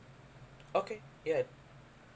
okay yup